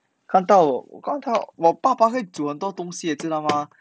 看到我看到我爸爸会煮很多东西 eh 知道吗